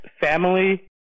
Family